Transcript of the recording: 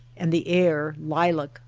and the air lilac,